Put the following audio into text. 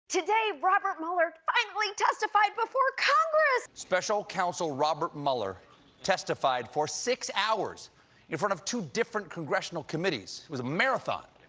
today, robert mueller finally testified before congress! special counsel robert mueller testified for six hours in front of two different congressional committees. it was a marathon.